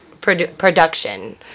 production